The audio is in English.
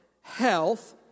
health